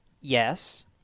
yes